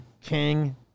King